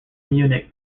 munich